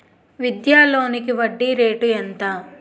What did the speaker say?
విద్యా లోనికి వడ్డీ రేటు ఎంత?